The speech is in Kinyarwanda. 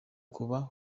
kuba